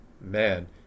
man